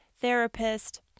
therapist